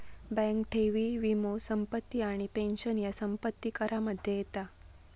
bank ठेवी, वीमो, संपत्ती आणि पेंशन ह्या संपत्ती करामध्ये येता